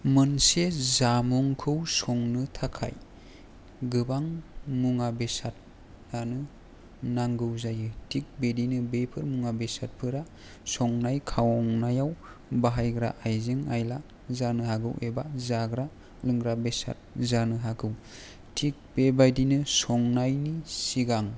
मोनसे जामुंखौ संनो थाखाय गोबां मुवा बेसादआनो नांगौ जायो थिक बिदिनो बेफोर मुवा बेसादफोरा संनाय खावनायाव बाहायग्रा आइजें आइला जानो हागौ एबा जाग्रा लोंग्रा बेसाद जानो हागौ थिक बेबायदिनो संनायनि सिगां